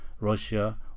russia